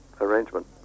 arrangement